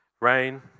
rain